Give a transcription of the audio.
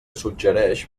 suggereix